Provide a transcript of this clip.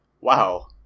wow